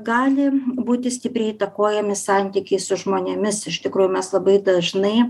gali būti stipriai įtakojami santykiai su žmonėmis iš tikrųjų mes labai dažnai